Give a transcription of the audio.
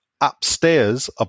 upstairs